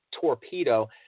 torpedo